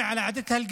(אומר בערבית: